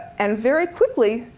and very quickly,